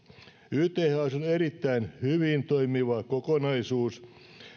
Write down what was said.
yths on erittäin hyvin toimiva kokonaisuus